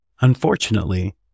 Unfortunately